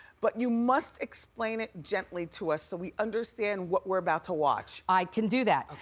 but you must explain it gently to us so we understand what we're about to watch. i can do that.